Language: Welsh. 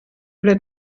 ble